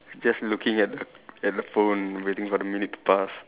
just looking at at the phone waiting for the minute to pass